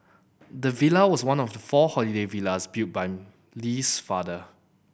the villa was one of the four holiday villas built by Lee's father